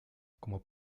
como